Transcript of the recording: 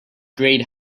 great